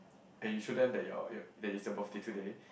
then you show them that your your that it's your birthday today